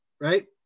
right